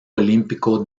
olímpico